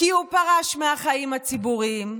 כי הוא פרש מהחיים הציבוריים.